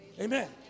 Amen